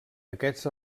aquests